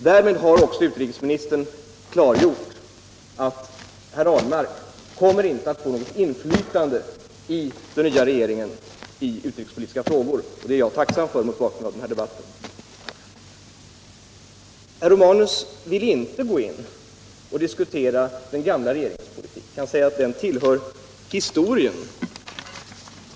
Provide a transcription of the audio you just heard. Därmed har också utrikesministern klargjort att herr Ahlmark inte kommer att få något inflytande i den nya regeringen i utrikespolitiska frågor, och det är jag tacksam för mot bakgrund av den här debatten. Herr Romanus vill inte diskutera den gamla regeringens politik. Han säger att den tillhör historien.